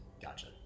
Gotcha